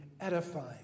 edifying